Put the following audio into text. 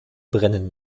brennen